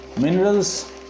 Minerals